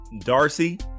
Darcy